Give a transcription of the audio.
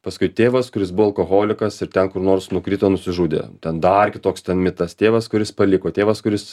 paskui tėvas kuris buvo alkoholikas ir ten kur nors nukrito nusižudė ten dar kitoks ten mitas tėvas kuris paliko tėvas kuris